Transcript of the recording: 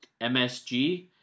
MSG